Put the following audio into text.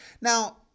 Now